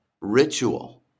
ritual